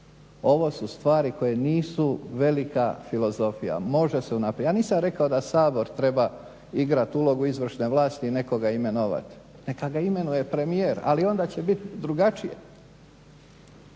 Ovo su stvari koje nisu velika filozofija. Može se unaprijediti. Ja nisam rekao da Sabor treba igrat ulogu izvršne vlasti ni nekoga imenovati, neka ga imenuje premijer ali onda će biti drugačije.